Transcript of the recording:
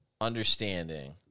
understanding